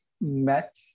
met